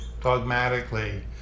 dogmatically